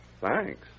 Thanks